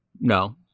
No